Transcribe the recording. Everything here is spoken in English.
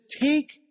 take